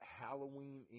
Halloween